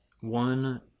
one